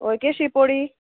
हय केशी पोडी